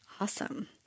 Awesome